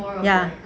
ya